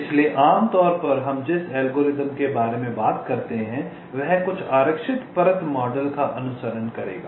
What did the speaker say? इसलिए आमतौर पर हम जिस एल्गोरिथम के बारे में बात करते हैं वह कुछ आरक्षित परत मॉडल का अनुसरण करेगा